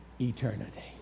eternity